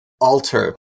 alter